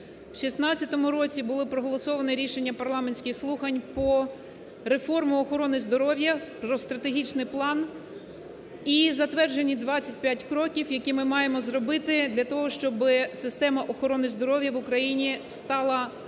В 2016 році були проголосовані рішення парламентських слухань по реформі охорони здоров'я, про стратегічний план і затверджені 25 кроків, які ми маємо зробити для того, щоб система охорони здоров'я в Україні стала європейської